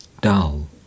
dull